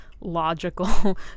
logical